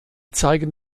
zeigen